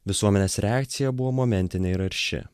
visuomenės reakcija buvo momentinė ir arši